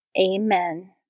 Amen